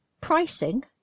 pricing